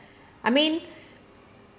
I mean